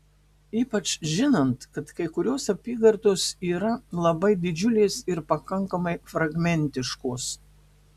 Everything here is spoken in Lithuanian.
ypač žinant kad kai kurios apygardos yra labai didžiulės ir pakankamai fragmentiškos